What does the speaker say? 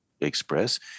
express